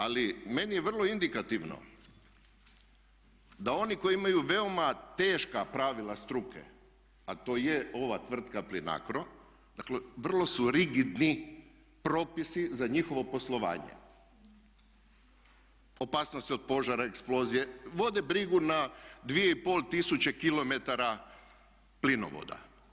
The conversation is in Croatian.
Ali meni je vrlo indikativno, da oni koji imaju veoma teška pravila struke, a to je ova tvrtka Plinacro, dakle vrlo su rigidni propisi za njihovo poslovanje, opasnosti od požara, eksplozije, vode brigu na dvije i pol tisuće kilometara plinovoda.